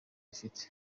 ifite